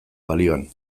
balioan